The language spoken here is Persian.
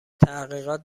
تحقیقات